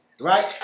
right